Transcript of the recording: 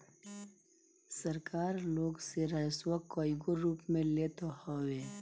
सरकार लोग से राजस्व कईगो रूप में लेत हवे